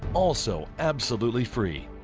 also absolutely free.